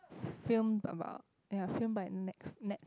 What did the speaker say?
filmed about ya filmed by nex~